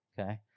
okay